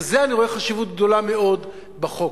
בזה אני רואה חשיבות גדולה מאוד בחוק.